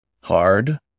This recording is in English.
Hard